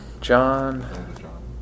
John